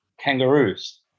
kangaroos